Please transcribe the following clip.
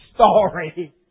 story